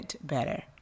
better